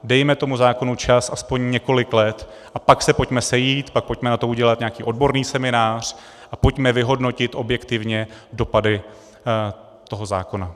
Dejme tomu zákonu čas aspoň několik let, a pak se pojďme sejít, pak pojďme na to udělat nějaký odborný seminář a pojďme vyhodnotit objektivně dopady toho zákona.